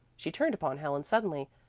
she turned upon helen suddenly.